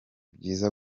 byiza